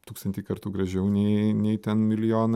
tūkstantį kartų gražiau nei nei ten milijonai